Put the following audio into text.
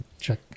Check